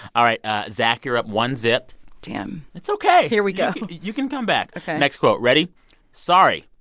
all right zach, you're up one, zip damn it's ok here we go you can come back ok next quote ready sorry.